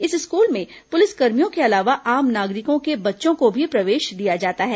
इस स्कूल में पुलिसकर्मियों के अलावा आम नागरिकों के बच्चों को भी प्रवेश दिया जाता है